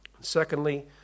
Secondly